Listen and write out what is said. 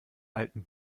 alten